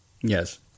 Yes